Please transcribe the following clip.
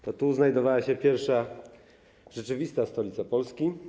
To tu znajdowała się pierwsza rzeczywista stolica Polski.